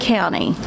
County